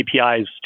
APIs